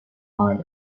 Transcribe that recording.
maya